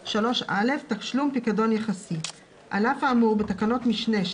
צלצלת אלי, אני מכבד את הדרישה שלך.